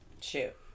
Shoot